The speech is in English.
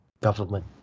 government